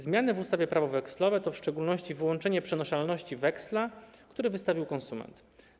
Zmiany w ustawie - Prawo wekslowe dotyczą w szczególności wyłączenia przenoszalności weksla, który wystawił konsument.